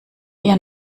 eher